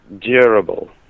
durable